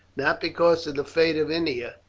not because of the fate of ennia,